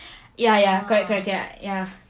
ya ya correct correct ya ya